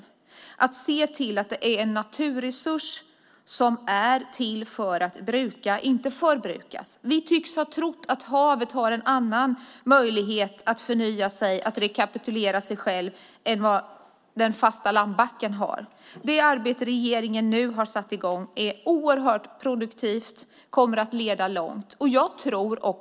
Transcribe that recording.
Det handlar om att se att havet är en naturresurs som är till för att brukas, inte förbrukas. Vi tycks ha trott att havet har en annan möjlighet att förnya sig än vad den fasta landbacken har. Det arbete regeringen nu har satt i gång är oerhört produktivt. Det kommer att leda långt. Fru ålderspresident!